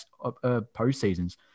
postseasons